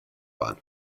waren